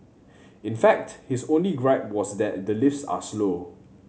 in fact his only gripe was that the lifts are slow